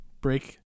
break